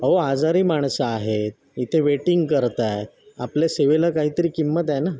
अहो आजारी माणसं आहेत इथे वेटिंग करत आहे आपल्या सेवेला काहीतरी किंमत आहे ना